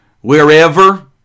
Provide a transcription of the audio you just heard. wherever